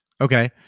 Okay